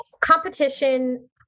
competition